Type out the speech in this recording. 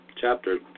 chapter